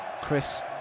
Chris